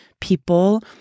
people